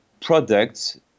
products